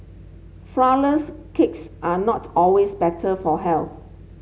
flourless cakes are not always better for health